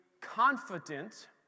confident